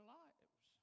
lives